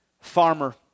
farmer